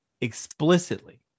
explicitly